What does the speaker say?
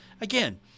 again